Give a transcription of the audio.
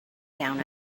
down